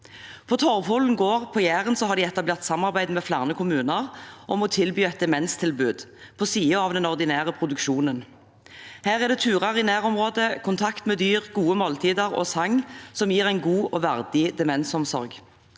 På Torvholen Gård på Jæren har man etablert samarbeid med flere kommuner om et demenstilbud på siden av den ordinære produksjonen. Her er det turer i nærområdet, kontakt med dyr, gode måltider og sang, noe som gir en god og verdig demensomsorg.